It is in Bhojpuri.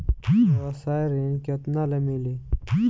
व्यवसाय ऋण केतना ले मिली?